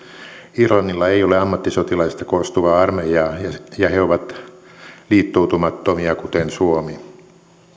irlannilla ei ole ammattisotilaista koostuvaa armeijaa ja he ovat liittoutumattomia kuten suomi